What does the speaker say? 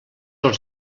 els